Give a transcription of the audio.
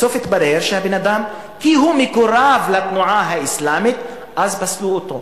בסוף התברר שהאדם מקורב לתנועה האסלאמית ולכן פסלו אותו.